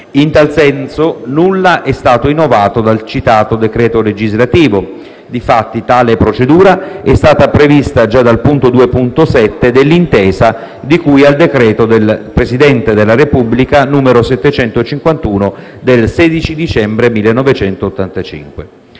In tal senso, nulla è stato innovato dal citato decreto legislativo; difatti tale procedura è stata prevista già dal punto 2.7 dell'intesa di cui al decreto del Presidente della Repubblica n. 751 del 16 dicembre 1985.